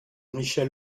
michel